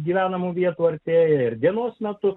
gyvenamų vietų artėja ir dienos metu